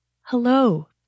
Hello